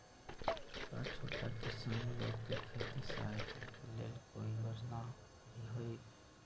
का छोटा किसान लोग के खेती सहायता के लेंल कोई योजना भी हई?